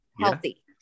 healthy